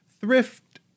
thrift